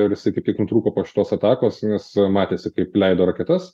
ir jisai kaip tik nutrūko po šitos atakos nes matėsi kaip leido raketas